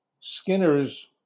Skinner's